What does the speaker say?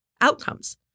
outcomes